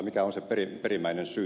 mikä on se perimmäinen syy